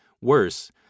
Worse